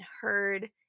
heard